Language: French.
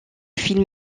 film